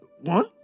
One